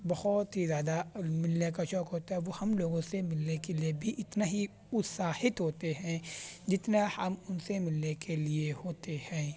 بہت ہی زیادہ ملنے کا شوق ہوتا ہے وہ ہم لوگوں سے ملنے کے لیے بھی اتنا ہی اتساہت ہوتے ہیں جتنا ہم ان سے ملنے کے لیے ہوتے ہیں